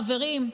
חברים,